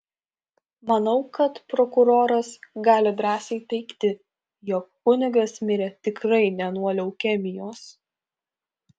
manau kad prokuroras gali drąsiai teigti jog kunigas mirė tikrai ne nuo leukemijos